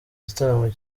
gitaramo